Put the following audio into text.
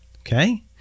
okay